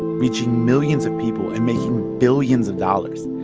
reaching millions of people and making billions of dollars.